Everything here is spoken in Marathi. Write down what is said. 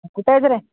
कुठे आहेस रे